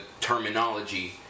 terminology